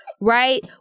Right